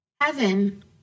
heaven